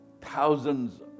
thousands